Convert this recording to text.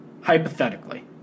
hypothetically